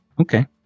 Okay